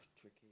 tricky